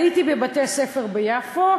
הייתי בבתי-ספר ביפו,